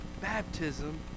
Baptism